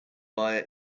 via